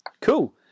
Cool